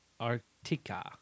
Arctica